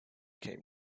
came